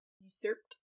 Usurped